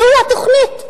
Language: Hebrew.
זוהי התוכנית.